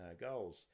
goals